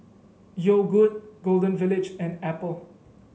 Yogood Golden Village and Apple